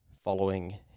following